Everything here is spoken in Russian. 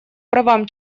правам